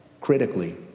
critically